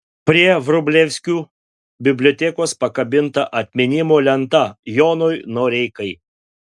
prie vrublevskių bibliotekos pakabinta atminimo lenta jonui noreikai